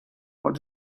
what